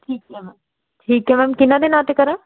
ਠੀਕ ਹੈ ਮੈਮ ਠੀਕ ਹੈ ਮੈਮ ਕਿੰਨਾਂ ਦੇ ਨਾਂ 'ਤੇ ਕਰਾਂ